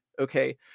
Okay